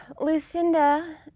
Lucinda